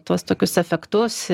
tuos tokius efektus